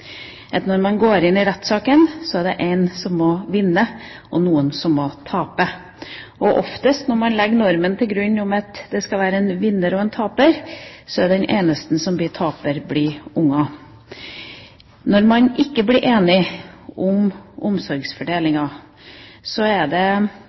Når man går inn i rettssaken, er det noen som må vinne og noen som må tape. Og oftest når man legger normen om at det skal være en vinner og en taper, til grunn, er det barnet som blir den eneste taper. Når man ikke blir enige om